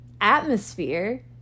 atmosphere